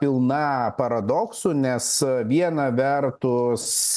pilna paradoksų nes viena vertus